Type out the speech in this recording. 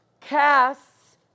casts